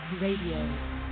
Radio